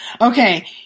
Okay